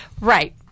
Right